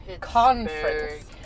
conference